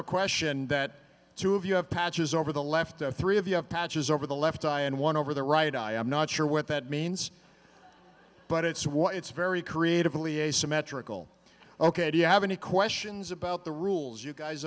a question that two of you have patches over the left eye three of you have patches over the left eye and one over the right i am not sure what that means but it's what it's very creatively asymmetrical ok do you have any questions about the rules you guys